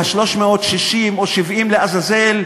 מה-360 או 370 לעזאזל,